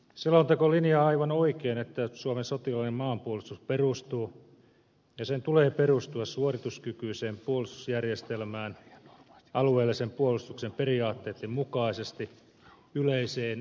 selonteko linjaa aivan oikein että suomen sotilaallinen maanpuolustus perustuu ja sen tulee perustua suorituskykyiseen puolustusjärjestelmään alueellisen puolustuksen periaatteitten mukaisesti yleiseen huom